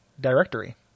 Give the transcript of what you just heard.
Directory